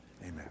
Amen